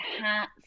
hats